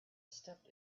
stepped